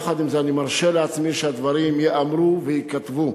יחד עם זה אני מרשה לעצמי שהדברים ייאמרו וייכתבו.